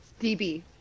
DB